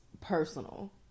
personal